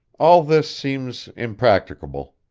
all this seems impracticable.